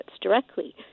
directly